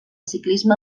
ciclisme